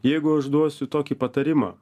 jeigu aš duosiu tokį patarimą